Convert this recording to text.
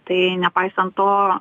tai nepaisant to